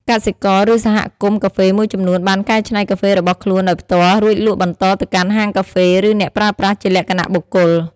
កសិករ ឬសហគមន៍កាហ្វេមួយចំនួនបានកែច្នៃកាហ្វេរបស់ខ្លួនដោយផ្ទាល់ រួចលក់បន្តទៅកាន់ហាងកាហ្វេ ឬអ្នកប្រើប្រាស់ជាលក្ខណៈបុគ្គល។